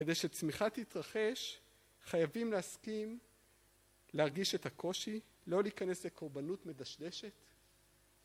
כדי שצמיחה תתרחש חייבים להסכים להרגיש את הקושי, לא להיכנס לקורבנות מדשדשת